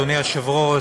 אדוני היושב-ראש,